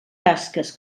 tasques